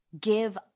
give